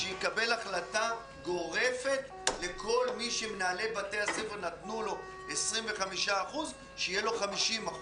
שיקבל החלטה גורפת לכל מי שמנהלי בתי הספר נתנו לו 25% - שיהיו לו 50%,